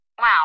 Wow